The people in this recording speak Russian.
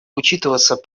учитываться